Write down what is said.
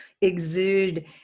exude